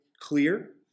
clear